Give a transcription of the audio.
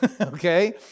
Okay